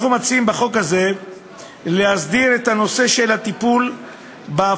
אנחנו מציעים בחוק הזה להסדיר את הנושא של טיפול בהפרות